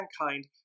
mankind